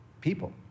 people